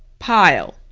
pile.